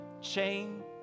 chain